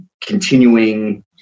continuing